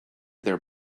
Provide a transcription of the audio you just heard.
their